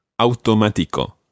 Automático